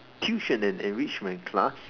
tuition and enrichment class